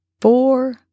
four